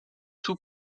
two